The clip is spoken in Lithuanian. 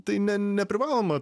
tai ne neprivaloma